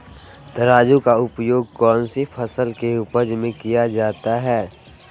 तराजू का उपयोग कौन सी फसल के उपज में किया जाता है?